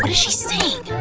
but she saying?